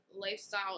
lifestyle